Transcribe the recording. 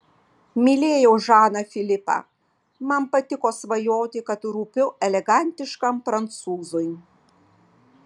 mylėjau žaną filipą man patiko svajoti kad rūpiu elegantiškam prancūzui